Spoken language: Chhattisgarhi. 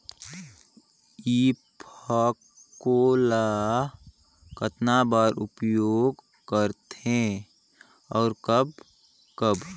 ईफको ल कतना बर उपयोग करथे और कब कब?